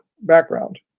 background